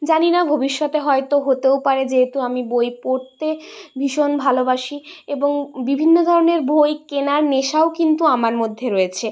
জানি না ভবিষ্যতে হয়তো হতেও পারে যেহেতু আমি বই পড়তে ভীষণ ভালোবাসি এবং বিভিন্ন ধরনের বই কেনার নেশাও কিন্তু আমার মধ্যে রয়েছে